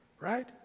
Right